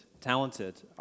talented